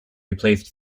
replaced